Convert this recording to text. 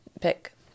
pick